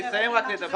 אני אסיים רק לדבר.